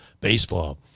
baseball